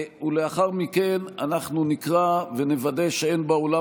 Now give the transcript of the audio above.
ולאחר מכן אנחנו נקרא ונוודא שאין באולם